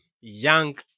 young